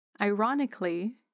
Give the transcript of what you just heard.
Ironically